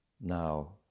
Now